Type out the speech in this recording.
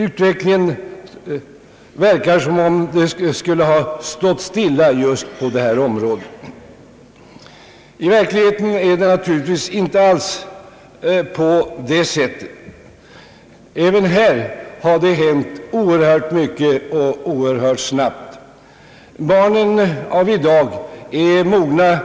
Utvecklingen verkar att ha stått stilla just på detta område. I verkligheten är det naturligtvis inte alls på det sättet. även här har det hänt oerhört mycket, och det har hänt oerhört snabbt. Barnen av i dag är mogna